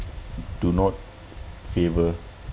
do not favour